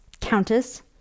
countess